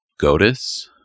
Gotis